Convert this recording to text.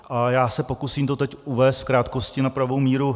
A já se pokusím to teď uvést v krátkosti na pravou míru.